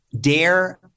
dare